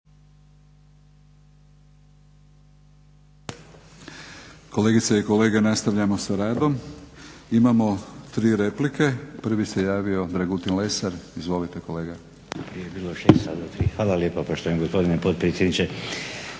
Kolegice i kolege, nastavljamo s radom. Imamo tri replike. Prvi se javio Dragutin Lesar. Izvolite kolega. **Lesar, Dragutin (Hrvatski laburisti